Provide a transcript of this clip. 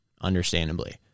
understandably